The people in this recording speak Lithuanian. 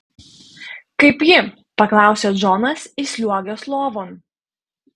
kaip ji paklausė džonas įsliuogęs lovon